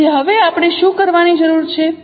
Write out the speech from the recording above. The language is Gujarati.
તેથી હવે આપણે શું કરવાની જરૂર છે